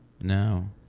No